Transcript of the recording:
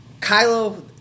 Kylo